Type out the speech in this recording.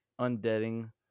undeading